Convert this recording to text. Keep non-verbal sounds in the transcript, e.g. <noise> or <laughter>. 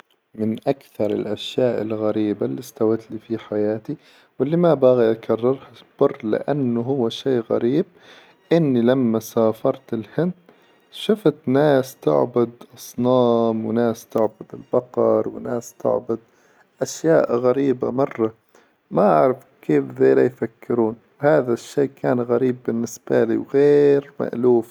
من أكثر الأشياء الغريبة إللي استوت لي في حياتي وإللي ما أبغي أكررها <unintelligible> لأن هو شي غريب إني لما سافرت الهند شفت ناس تعبد أصنام، وناس تعبد البقر، وناس تعبد أشياء غريبة مرة، ما أعرف كيف ذيلا يفكرون؟ هذا الشيء كان غريب بالنسبة لي وغير مألوف.